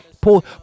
Paul